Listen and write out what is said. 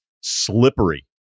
slippery